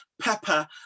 pepper